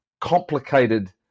complicated